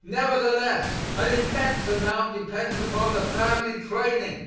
nevertheless an immense amount depends upon the family training.